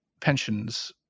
pensions